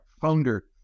founder